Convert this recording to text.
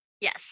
Yes